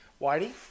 Whitey